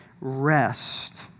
rest